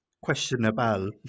questionable